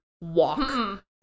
walk